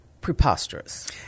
preposterous